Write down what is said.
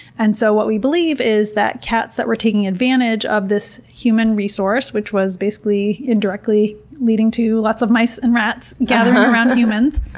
and so what we believe is that cats that were taking advantage of this human resource, which was basically, indirectly leading to lots of mice and rats gathering around humans.